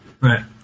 Right